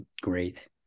great